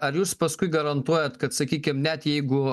ar jūs paskui garantuojat kad sakykim net jeigu